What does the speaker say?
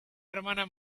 hermana